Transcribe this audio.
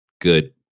good